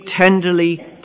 tenderly